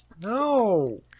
No